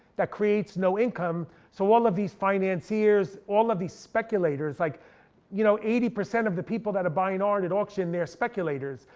that creates no income. so all of these financiers, all of these speculators. like you know eighty percent of the people that are buying art at auction, they're speculators,